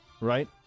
Right